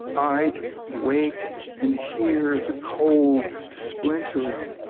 i'd wake and hear the cold splintering,